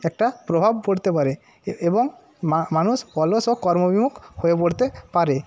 একটা প্রভাব পড়তে পারে এবং মানুষ অলস ও কর্মবিমুখ হয়ে পড়তে পারে